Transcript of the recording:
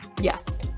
Yes